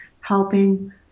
helping